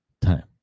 time